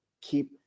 keep